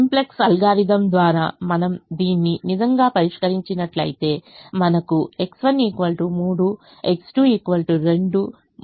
simplex algorithm ద్వారా మనము దీన్ని నిజంగా పరిష్కరించినట్లయితే మనకు X1 3 X2 2 మరియు u3 4 లభిస్తాయి